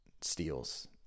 steals